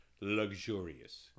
luxurious